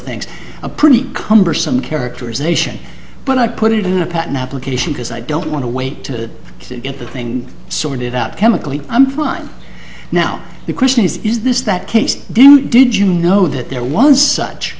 things a pretty cumbersome characterization but i put it in a patent application because i don't want to wait to get the thing sorted out chemically i'm fine now the question is is this that case do you did you know that there was such